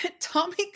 Tommy